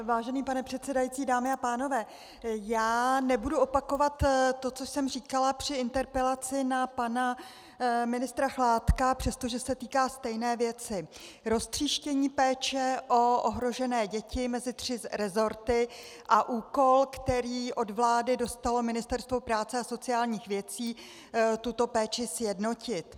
Vážený pane předsedající, dámy a pánové, nebudu opakovat to, co jsem říkala při interpelaci na pana ministra Chládka, přestože se týká stejné věci roztříštění péče o ohrožené děti mezi tři resorty a úkol, který od vlády dostalo Ministerstvo práce a sociálních věcí, tuto péči sjednotit.